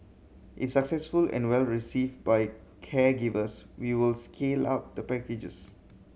if successful and well received by caregivers we will scale up the packages